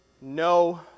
no